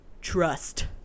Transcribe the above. Trust